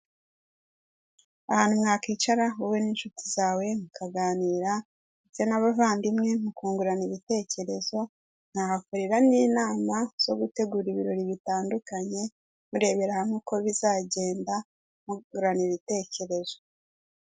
Ahantu mwakwicara wowe n'inshuti zawe mukaganira ndetse n'abavandimwe mukungurana ibitekerezo, mwahakorera n'inama zo gutegurana ibirori bitandukanye murebera hamwe uko bizagenda munungurana ibitekerezo.